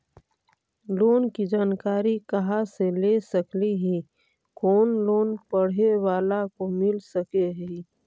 Loan की जानकारी कहा से ले सकली ही, कोन लोन पढ़े बाला को मिल सके ही?